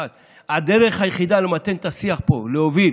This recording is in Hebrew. הדרך היחידה למתן את השיח פה היא להוביל